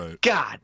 God